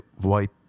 white